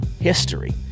history